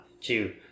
two